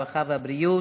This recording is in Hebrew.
הרווחה והבריאות,